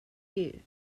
you